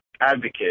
advocate